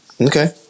Okay